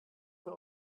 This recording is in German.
für